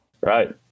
Right